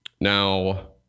Now